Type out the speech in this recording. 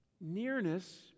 nearness